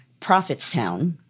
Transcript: Prophetstown